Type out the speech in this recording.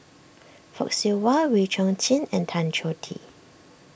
Fock Siew Wah Wee Chong Jin and Tan Choh Tee